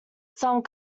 some